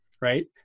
right